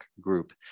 group